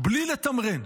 בלי לתמרן,